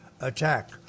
attack